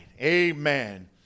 Amen